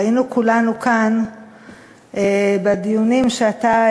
ראינו כולנו כאן בדיונים שאתה,